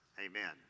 amen